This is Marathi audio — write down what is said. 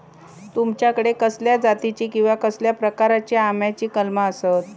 तुमच्याकडे कसल्या जातीची किवा कसल्या प्रकाराची आम्याची कलमा आसत?